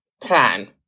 plan